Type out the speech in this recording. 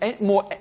more